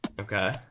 Okay